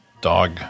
Dog